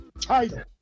title